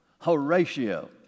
Horatio